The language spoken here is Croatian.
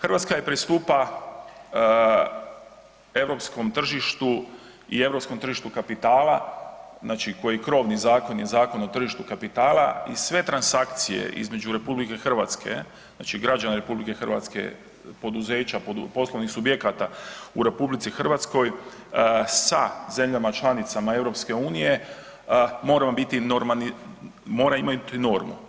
Hrvatska je pristupa europskom tržištu i europskom tržištu kapitala, znači koji je krovni zakon je Zakon o tržištu kapitala i sve transakcije između RH, znači građana RH, poduzeća, poslovnih subjekata u RH sa zemljama članicama EU, moramo biti normani .../nerazumljivo/... moraju imati normu.